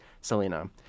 Selena